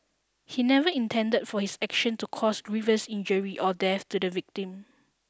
he never intended for his action to cause grievous injury or death to the victim